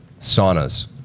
saunas